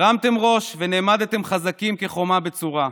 הרמתם ראש ונעמדתם חזקים כחומה בצורה.